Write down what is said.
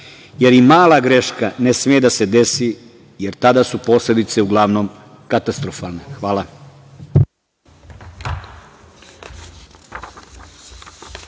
jer i mala greška ne sme da se desi, jer tada su posledice uglavnom katastrofalne.